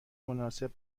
مناسب